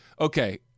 okay